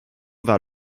vers